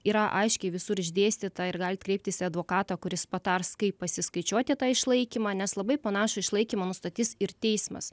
yra aiškiai visur išdėstyta ir galit kreiptis į advokatą kuris patars kaip pasiskaičiuoti tą išlaikymą nes labai panašų išlaikymą nustatys ir teismas